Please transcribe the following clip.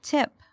Tip